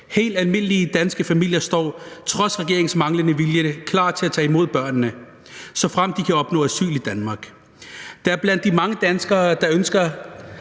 Helt almindelige danske familier står trods regeringens manglende vilje klar til at tage imod børnene, såfremt de kan opnå asyl i Danmark. Der er blandt de mange danskere, der ønsker